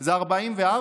זה 44,